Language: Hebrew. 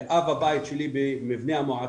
אב הבית שלי במבנה המועצה,